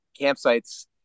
campsites